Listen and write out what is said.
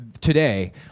today